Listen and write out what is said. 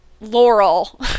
Laurel